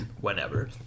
whenever